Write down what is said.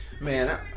Man